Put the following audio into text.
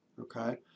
okay